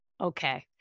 Okay